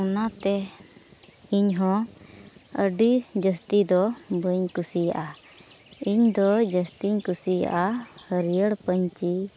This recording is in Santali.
ᱚᱱᱟᱛᱮ ᱤᱧᱦᱚᱸ ᱟᱹᱰᱤ ᱡᱟᱹᱥᱛᱤ ᱫᱚ ᱵᱟᱹᱧ ᱠᱩᱥᱤᱭᱟᱜᱼᱟ ᱤᱧᱫᱚ ᱡᱟᱹᱥᱛᱤᱧ ᱠᱩᱥᱤᱭᱟᱜᱼᱟ ᱦᱟᱹᱨᱭᱟᱹᱲ ᱯᱟᱹᱧᱪᱤ